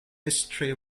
history